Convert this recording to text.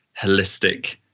holistic